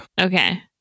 Okay